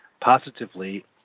positively